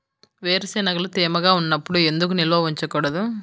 వేరుశనగలు తేమగా ఉన్నప్పుడు ఎందుకు నిల్వ ఉంచకూడదు?